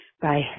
Bye